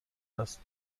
است